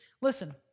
Listen